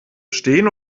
stehen